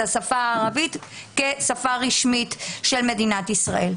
השפה הערבית כשפות רשמיות של מדינת ישראל.